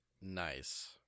Nice